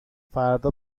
فردا